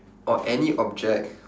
oh any object